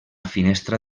finestra